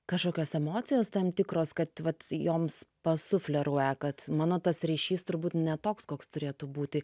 kažkokios emocijos tam tikros kad vat joms pasufleruoja kad mano tas ryšys turbūt ne toks koks turėtų būti